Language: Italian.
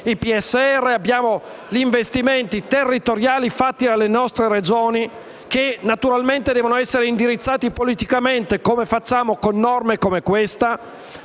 abbiamo investimenti territoriali fatti dalle nostre Regioni, che naturalmente devono essere indirizzati politicamente, come facciamo con queste